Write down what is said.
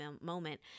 moment